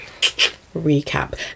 recap